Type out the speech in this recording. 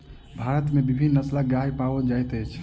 भारत में विभिन्न नस्लक गाय पाओल जाइत अछि